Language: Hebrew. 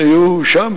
היו שם,